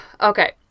Okay